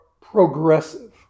progressive